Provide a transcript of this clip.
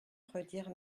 redire